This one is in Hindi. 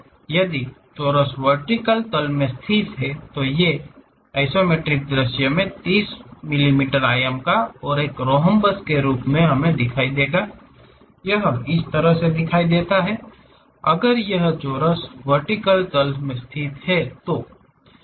यदि चोरस वर्टिकल तल में स्थित है तो यह आइसोमेट्रिक दृश्य में 30 मिमी आयाम का और एक रोम्बस के रूप में दिखाई देगा यह इस तरह दिखता है अगर यह चोरस वर्टिकल तल स्थित हैं तो